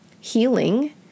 Healing